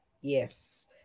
Yes